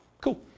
Cool